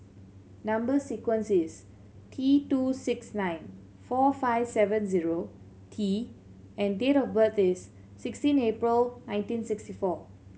number sequence is T two six nine four five seven zero T and date of birth is sixteen April nineteen sixty four